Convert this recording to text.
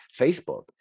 Facebook